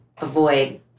avoid